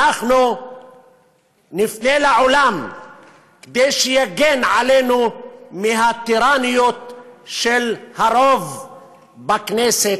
אנחנו נפנה לעולם כדי שיגן עלינו מהטירניות של הרוב בכנסת,